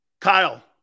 Kyle